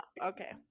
okay